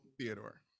Theodore